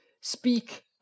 speak